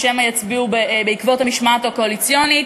או שמא יצביעו בעקבות המשמעת הקואליציונית?